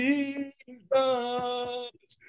Jesus